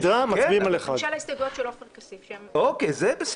הוגשו הסתייגויות סתם על מנת למשוך זמן, מדובר